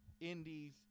indies